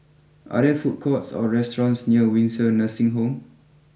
are there food courts or restaurants near Windsor Nursing Home